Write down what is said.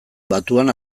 batuan